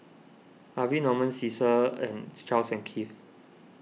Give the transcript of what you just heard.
Harvey Norman Cesar and Charles and Keith